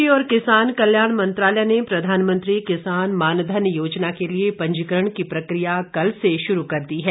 कृषि और किसान कल्याण मंत्रालय ने प्रधानमंत्री किसान मान धन योजना के लिए पंजीकरण की प्रक्रिया कल से शुरू कर दी है